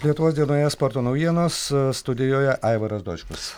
lietuvos dienoje sporto naujienos studijoje aivaras dočkus